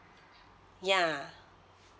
yeah